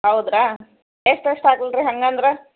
ಹೌದ್ರಾ ಎಷ್ಟೆಷ್ಟು ಹಾಕ್ಲಿ ರೀ ಹಂಗಂದ್ರೆ